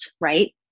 right